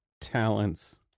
talents